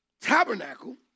tabernacle